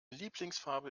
lieblingsfarbe